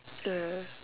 uh